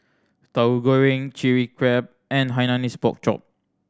Tahu Goreng Chilli Crab and Hainanese Pork Chop